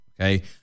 okay